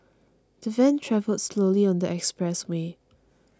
the van travelled slowly on the expressway